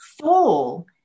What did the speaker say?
Full